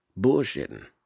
bullshitting